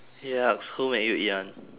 yucks who made you eat [one]